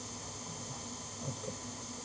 okay